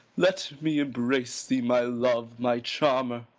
let me embrace thee, my love, my charmer.